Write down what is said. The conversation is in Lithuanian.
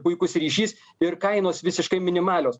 puikus ryšys ir kainos visiškai minimalios